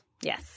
Yes